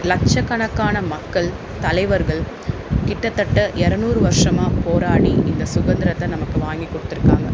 லட்சக்கணக்கான மக்கள் தலைவர்கள் கிட்டத்தட்ட இரநூறு வருஷமா போராடி இந்த சுதந்திரத்த நமக்கு வாங்கி கொடுத்துருக்காங்க